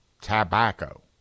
Tobacco